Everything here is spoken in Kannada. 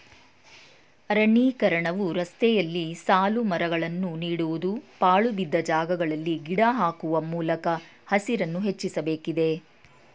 ಅರಣ್ಯೀಕರಣವು ರಸ್ತೆಯಲ್ಲಿ ಸಾಲುಮರಗಳನ್ನು ನೀಡುವುದು, ಪಾಳುಬಿದ್ದ ಜಾಗಗಳಲ್ಲಿ ಗಿಡ ಹಾಕುವ ಮೂಲಕ ಹಸಿರನ್ನು ಹೆಚ್ಚಿಸಬೇಕಿದೆ